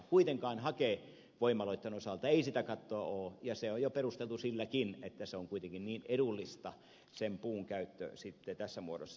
kuitenkaan hakevoimaloitten osalta ei sitä kattoa ole ja se on jo perusteltu silläkin että sen puun käyttö on kuitenkin niin edullista sitten tässä muodossa